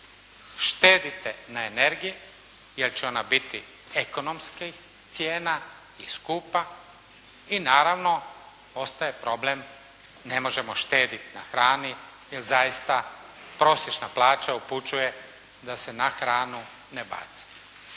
štedite na energiji jer će ona biti ekonomski cijena i skupa i naravno ostaje problem ne možemo štediti na hrani jer zaista prosječna plaća upućuje da se na hranu ne baci.